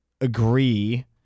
agree